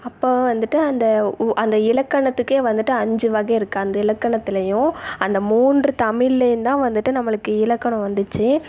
அப்போவே வந்துட்டு அந்த உ அந்த இலக்கணத்துக்கே வந்துட்டு அஞ்சு வகை இருக்குது அந்த இலக்கணத்துலேயும் அந்த மூன்று தமிழ்லையுந்தான் வந்துட்டு நம்மளுக்கு இலக்கணம் வந்துச்சு